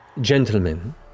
gentlemen